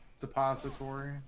depository